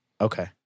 Okay